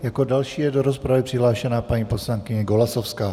Jako další je do rozpravy přihlášena paní poslankyně Golasowská.